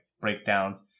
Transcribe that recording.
breakdowns